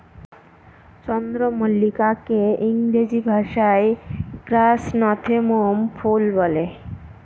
চন্দ্রমল্লিকাকে ইংরেজি ভাষায় ক্র্যাসনথেমুম ফুল বলে